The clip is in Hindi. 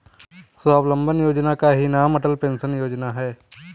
स्वावलंबन योजना का ही नाम अटल पेंशन योजना है